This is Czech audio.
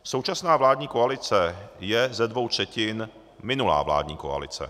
Současná vládní koalice je ze dvou třetin minulá vládní koalice.